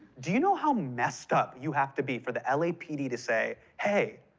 do you know how messed up you have to be for the lapd to say, hey,